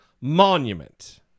monument